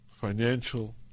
financial